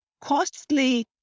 costly